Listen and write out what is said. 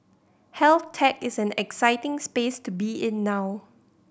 health tech is an exciting space to be in now